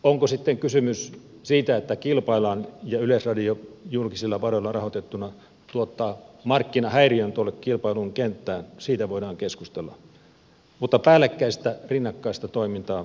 onko sitten kysymys siitä että kilpaillaan ja yleisradio julkisilla varoilla rahoitettuna tuottaa markkinahäiriön tuonne kilpailun kenttään siitä voidaan keskustella mutta päällekkäistä rinnakkaista toimintaa molempia on